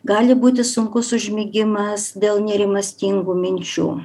gali būti sunkus užmigimas dėl nerimastingų minčių